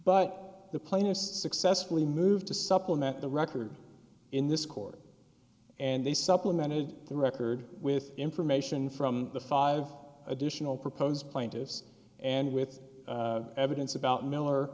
but the plainest successfully moved to supplement the record in this court and they supplemented the record with information from the five additional proposed plaintiffs and with evidence about miller